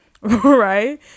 right